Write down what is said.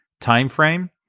timeframe